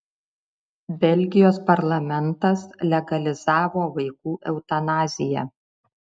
belgijos parlamentas legalizavo vaikų eutanaziją